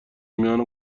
میان